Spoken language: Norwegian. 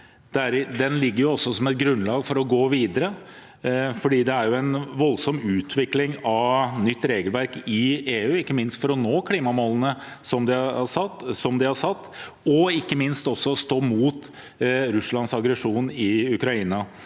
Den ligger også som et grunnlag for å gå videre, for det er en voldsom utvikling av nytt regelverk i EU, ikke minst for å nå klimamålene som er satt, og ikke minst for å stå imot Russlands aggresjon i Ukraina.